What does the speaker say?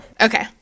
Okay